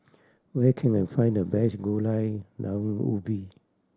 where can I find the best Gulai Daun Ubi